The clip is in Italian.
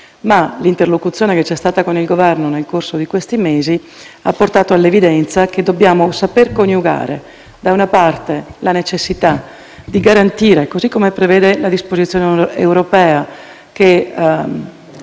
Ma l'interlocuzione che c'è stata con il Governo nel corso degli ultimi mesi ha portato all'evidenza il fatto che dobbiamo saper coniugare la necessità di garantire - così come prevede la disposizione europea